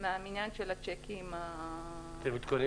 מן המניין של השיקים --- אתם מתכוננים